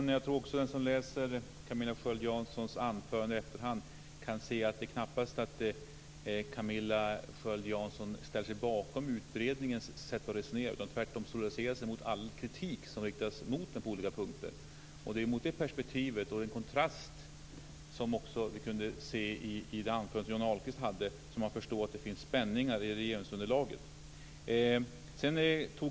Fru talman! Jag tror att den som läser Camilla Sköld Janssons anförande i efterhand kan se att hon knappast ställer sig bakom utredningens sätt att resonera utan tvärtom solidariserar sig med all den kritik som riktas mot den på olika punkter. Det är i det perspektivet och i kontrast mot det vi kunde höra i Johnny Ahlqvists anförande som vi förstår att det finns spänningar i regeringsunderlaget.